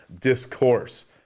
Discourse